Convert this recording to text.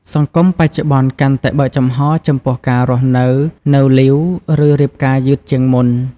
សង្គមបច្ចុប្បន្នកាន់តែបើកចំហរចំពោះការរស់នៅនៅលីវ ឬរៀបការយឺតជាងមុន។